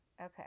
Okay